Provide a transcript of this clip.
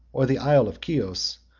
or the isle of chios,